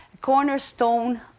cornerstone